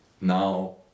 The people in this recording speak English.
now